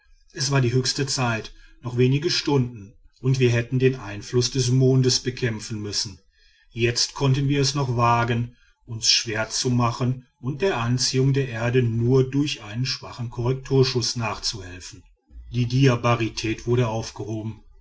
es war die höchste zeit noch wenige stunden und wir hätten den einfluß des mondes bekämpfen müssen jetzt konnten wir es noch wagen uns schwerzumachen und der anziehung der erde nur durch einen schwachen korrekturschuß nachzuhelfen die diabarität wurde aufgehoben